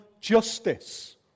justice